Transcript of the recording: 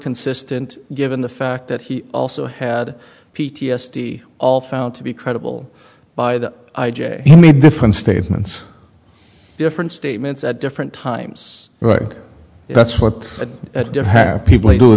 consistent given the fact that he also had p t s d all found to be credible by the i j a he made different statements different statements at different times right that's what people